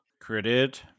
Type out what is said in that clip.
Credit